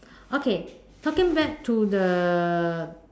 okay talking back to the